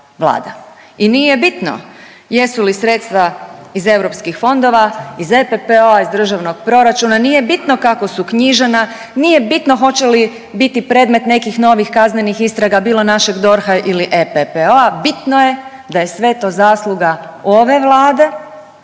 i nije bitno jesu li sredstva iz europskih fondova, iz EPPO-a, iz državnog proračuna, nije bitno kako su knjižena, nije bitno hoće li biti predmet nekih novih kaznenih istraga bilo našeg DORH-a ili EPPO-a, bitno je da je sve to zasluga ove Vlade